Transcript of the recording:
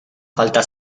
falta